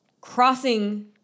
crossing